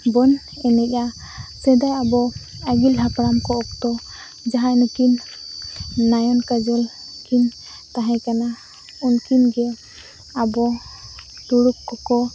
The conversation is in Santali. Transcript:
ᱵᱚᱱ ᱮᱱᱮᱡᱼᱟ ᱥᱮᱫᱟᱭ ᱟᱵᱚ ᱟᱹᱜᱤᱞ ᱦᱟᱯᱲᱟᱢᱠᱚ ᱚᱠᱛᱚ ᱟᱵᱚ ᱡᱟᱦᱟᱸᱭ ᱱᱩᱠᱤᱱ ᱱᱟᱭᱚᱱ ᱠᱟᱡᱚᱞᱠᱤᱱ ᱛᱟᱦᱮᱸ ᱠᱟᱱᱟ ᱩᱱᱠᱤᱱᱜᱮ ᱟᱵᱚ ᱛᱩᱲᱩᱠ ᱠᱚᱠᱚ